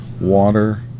water